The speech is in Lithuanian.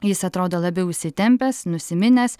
jis atrodo labiau įsitempęs nusiminęs